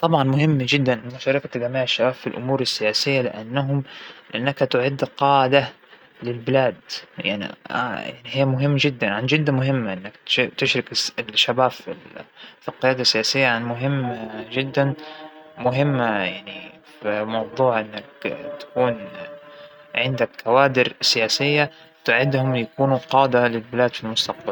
طبعا أكيد إنه الناس يشاركوا لازمن يشاركوا باإنتخابات، منشان بلدهم منشان الديمقراطية بيحكوا ايش يبون وايش ما يبون، التصويت بالإنتخابات شغلة قومية لازم لتادى واجبك تجاه ال تجاه بلدك وتجاة الوطن عموما.